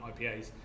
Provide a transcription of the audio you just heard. IPAs